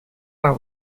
are